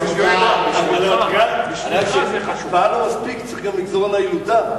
הקפאה לא מספיק, צריך לגזור על הילודה.